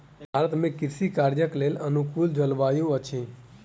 भारत में कृषि कार्यक लेल अनुकूल जलवायु अछि